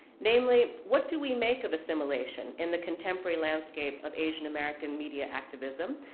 namely, what do we make of assimilation in the contemporary landscape of asian american media activism,